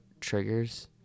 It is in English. triggers